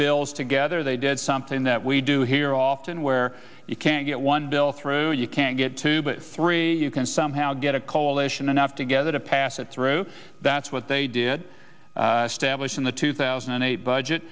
bills together they did something that we do here often where you can't get one bill through you can't get two but three you can somehow get a coalition up together to pass it through that's what they did stablish in the two thousand and eight budget